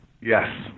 Yes